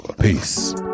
Peace